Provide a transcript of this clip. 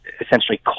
essentially